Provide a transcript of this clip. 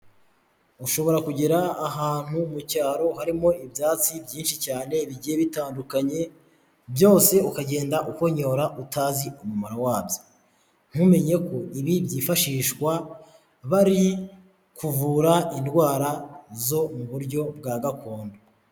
Ushobora kugera ahantu mu cyaro harimo ibyatsi byinshi cyane bigiye bitandukanye, byose ukagenda ukonyora utazi umumaro wabyo. Ntumenye ko ibi byifashishwa bari kuvura indwara zo mu buryo bwa gakondo.